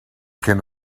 can